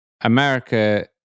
America